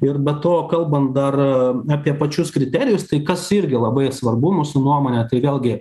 ir be to kalbant dar apie pačius kriterijus tai kas irgi labai svarbu mūsų nuomone tai vėlgi